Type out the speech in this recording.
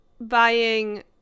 buying